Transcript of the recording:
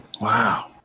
wow